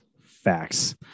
facts